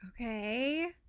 Okay